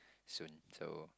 soon so